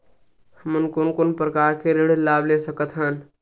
हमन कोन कोन प्रकार के ऋण लाभ ले सकत हन?